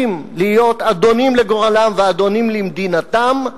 להיות אדונים לגורלם ואדונים למדינתם,